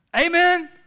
Amen